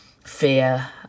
fear